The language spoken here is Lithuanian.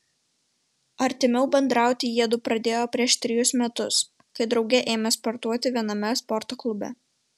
artimiau bendrauti jiedu pradėjo prieš trejus metus kai drauge ėmė sportuoti viename sporto klube